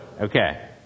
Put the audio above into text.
Okay